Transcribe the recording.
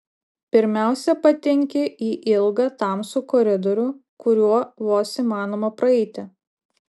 pirmiausia patenki į ilgą tamsų koridorių kuriuo vos įmanoma praeiti